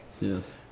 Yes